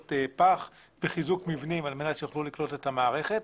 פח וחיזוק מבנים כדי שיוכלו לקנות את המערכת.